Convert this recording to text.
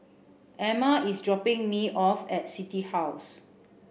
Amma is dropping me off at City House